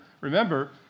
remember